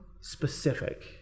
specific